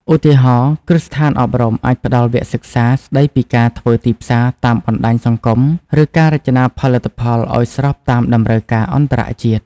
ឧទាហរណ៍ គ្រឹះស្ថានអប់រំអាចផ្តល់វគ្គសិក្សាស្តីពីការធ្វើទីផ្សារតាមបណ្តាញសង្គម ឬការរចនាផលិតផលឱ្យស្របតាមតម្រូវការអន្តរជាតិ។